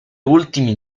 ultimi